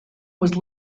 was